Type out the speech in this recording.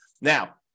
now